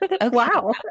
wow